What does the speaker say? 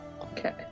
Okay